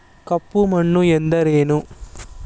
ಕಪ್ಪು ಮಣ್ಣು ಎಂದರೇನು?